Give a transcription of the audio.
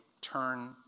Turn